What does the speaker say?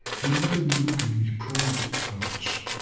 he made me look in his private parts.